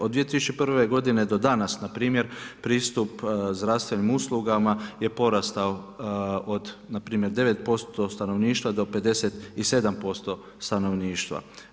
Od 2001. godine do danas npr. pristup zdravstvenim uslugama je porastao od npr. 9% stanovništva do 57% stanovništva.